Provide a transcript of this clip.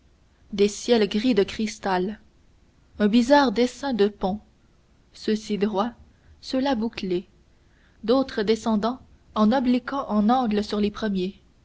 des ciels gris de cristal un bizarre dessin de ponts ceux-ci droits ceux-là bouclés d'autres descendant en obliquant en angles sur les premiers